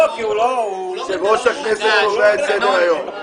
יושב-ראש הכנסת קובע את סדר-היום.